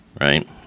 right